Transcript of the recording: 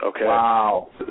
Wow